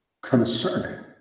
concerning